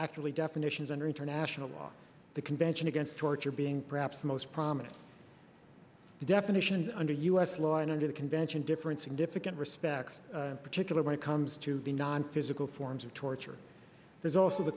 actually definitions under international law the convention against torture being perhaps the most prominent definition under u s law and under the convention different significant respects particular when it comes to the nonphysical forms of torture there's also the